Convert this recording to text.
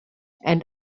and